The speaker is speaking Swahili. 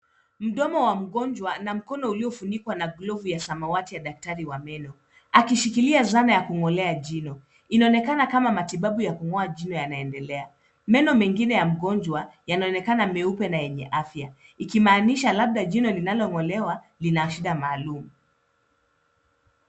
Mdomo wa mgonjwa na mkono uliyofunikwa na glovu ya samwati ya daktari wa meno. Akishikilia zana ya kung'olea jino, inaonekana kama matibabu ya kung'oa jino yanaendelea. Meno mengine ya mgonjwa, yanaonekana meupe na yenye afya, ikimaanisha labda jino linalong'olewa lina shida maalum.